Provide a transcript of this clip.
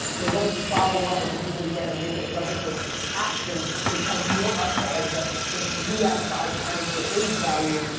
they don't follow up, and do it again, and make it a replicable action, which has more upside in three out of five times, where it brings value.